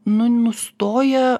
nu nustoja